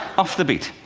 off the beat.